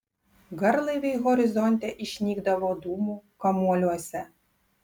garlaiviai horizonte išnykdavo dūmų kamuoliuose